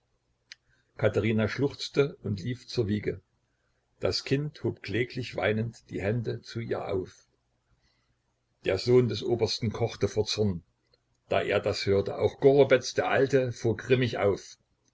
katherina schluchzte und lief zur wiege das kind hob kläglich weinend die hände zu ihr auf der sohn des obersten kochte vor zorn da er das hörte auch gorobetz der alte fuhr grimmig auf